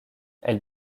elle